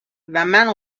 ومن